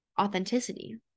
authenticity